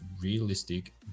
realistic